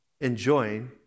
enjoying